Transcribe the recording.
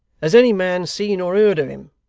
has any man seen or heard of him